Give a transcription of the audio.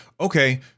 okay